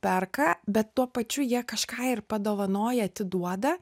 perka bet tuo pačiu jie kažką ir padovanoja atiduoda